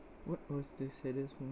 what was the saddest mo~